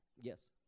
Yes